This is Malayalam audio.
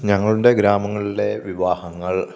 ഞങ്ങളുടെ ഗ്രാമങ്ങളിലെ വിവാഹങ്ങൾ